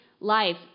life